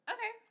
Okay